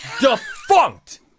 defunct